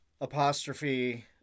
apostrophe